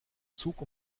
zug